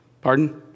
Pardon